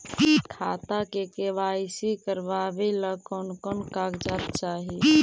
खाता के के.वाई.सी करावेला कौन कौन कागजात चाही?